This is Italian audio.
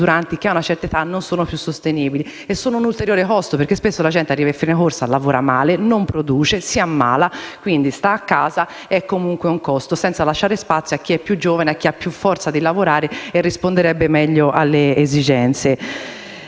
usuranti, che ad una certa età non sono più sostenibili e sono un ulteriore costo perché spesso la gente arriva a fine corsa, lavora male, non produce, si ammala, sta a casa - il che è comunque un costo - senza lasciare spazio a chi è più giovane e ha più forza di lavorare, e risponderebbe meglio alle esigenze